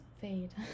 fade